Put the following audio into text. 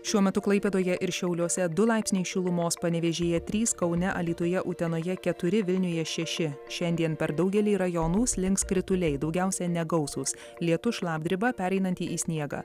šiuo metu klaipėdoje ir šiauliuose du laipsniai šilumos panevėžyje trys kaune alytuje utenoje keturi vilniuje šeši šiandien per daugelį rajonų slinks krituliai daugiausia negausūs lietus šlapdriba pereinanti į sniegą